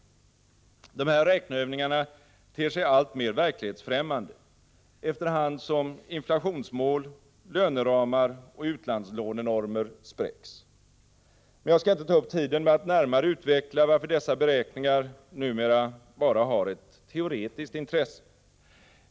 De här räkneövningarna ter sig alltmer verklighetsfrämmande efter hand som inflationsmål, löneramar och utlandslånenormer spräcks. Men jag skall inte ta upp tiden med att närmare utveckla varför dessa beräkningar numera bara har ett teoretiskt intresse.